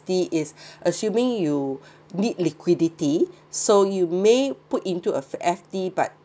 D is assuming you need liquidity so you may put into a F_D but